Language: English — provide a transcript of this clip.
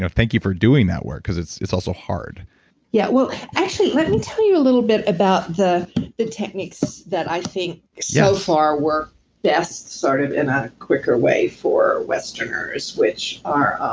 ah thank you for doing that work, because it's it's also hard yeah, well actually let me tell you a little bit about the the techniques that i think so far work best sort of in a quicker way for westerners, which are.